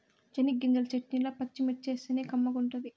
చెనగ్గింజల చెట్నీల పచ్చిమిర్చేస్తేనే కమ్మగుంటది